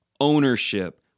ownership